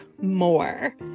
more